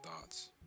thoughts